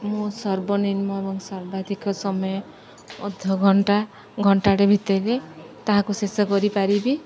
ମୁଁ ସର୍ବନିର୍ମ୍ମ ଏବଂ ସର୍ବାଧିକ ସମୟ ଅଧ ଘଣ୍ଟା ଘଣ୍ଟାଟେ ଭିତରେ ତାହାକୁ ଶେଷ କରିପାରିବି